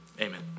amen